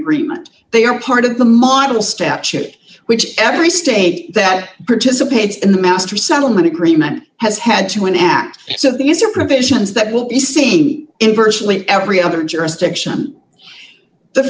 agreement they are part of the model statute which every state that participates in the master settlement agreement has had to enact so these are provisions that will be seen in virtually every other jurisdiction the